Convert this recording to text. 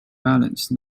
balance